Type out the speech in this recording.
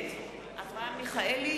(קוראת בשמות חברי הכנסת) אברהם מיכאלי,